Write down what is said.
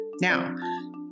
Now